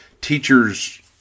teachers